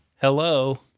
Hello